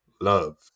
love